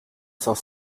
saint